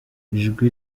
ijwi